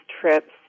trips